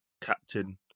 captain